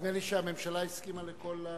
נדמה לי שהממשלה הסכימה לכל,